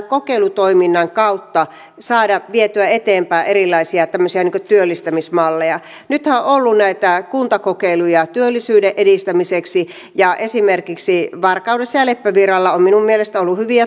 kokeilutoiminnan kautta saada vietyä eteenpäin erilaisia tämmöisiä työllistämismalleja nythän on ollut näitä kuntakokeiluja työllisyyden edistämiseksi ja esimerkiksi varkaudessa ja leppävirralla on minun mielestäni ollut hyviä